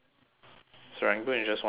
serangoon is just one stop actually